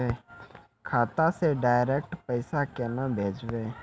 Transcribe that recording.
खाता से डायरेक्ट पैसा केना भेजबै?